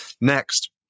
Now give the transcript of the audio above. Next